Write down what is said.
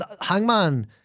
Hangman